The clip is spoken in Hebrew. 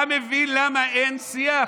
אתה מבין למה אין שיח?